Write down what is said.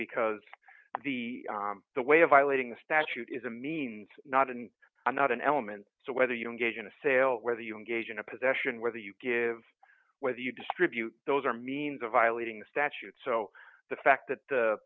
because the the way of violating the statute is a means not and i'm not an element so whether you don't get in a sale whether you engage in a possession whether you give whether you distribute those are means of violating the statute so the fact that